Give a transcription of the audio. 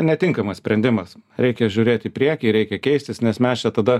netinkamas sprendimas reikia žiūrėt į priekį reikia keistis nes mes čia tada